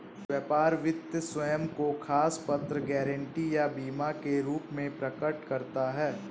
व्यापार वित्त स्वयं को साख पत्र, गारंटी या बीमा के रूप में प्रकट करता है